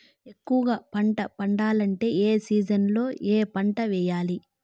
ఎక్కువగా పంట పండాలంటే ఏ సీజన్లలో ఏ పంట వేయాలి